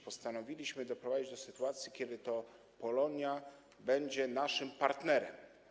Postanowiliśmy doprowadzić do sytuacji, kiedy to Polonia będzie naszym partnerem.